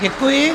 Děkuji.